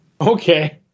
Okay